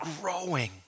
growing